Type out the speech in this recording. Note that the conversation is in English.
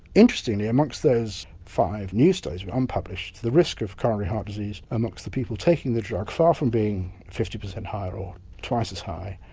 interestingly amongst those five new studies that were unpublished, the risk of coronary heart disease amongst the people taking the drug, far from being fifty percent higher or twice as high,